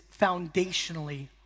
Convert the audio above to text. foundationally